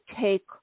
take